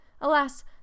Alas